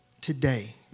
today